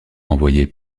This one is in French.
envoyé